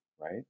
right